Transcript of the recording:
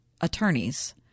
attorneys